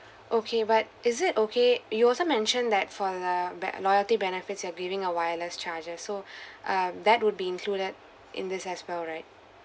okay but is it okay you also mentioned that for the ba~ loyalty benefits you're giving a wireless charger so uh that would be included in this as well right